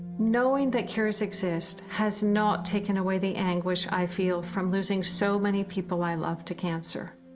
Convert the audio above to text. knowing that cures exist, has not taken away the anguish i feel from losing so many people, i love, to cancer.